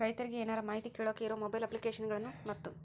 ರೈತರಿಗೆ ಏನರ ಮಾಹಿತಿ ಕೇಳೋಕೆ ಇರೋ ಮೊಬೈಲ್ ಅಪ್ಲಿಕೇಶನ್ ಗಳನ್ನು ಮತ್ತು?